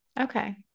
Okay